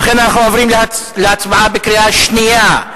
ולכן אנחנו עוברים להצבעה בקריאה שנייה,